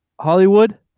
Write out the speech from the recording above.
Hollywood